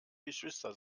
geschwister